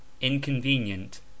inconvenient